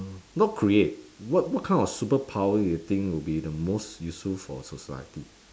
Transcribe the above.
not create what what kind of superpower you think would be the most useful for society